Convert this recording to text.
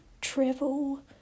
travel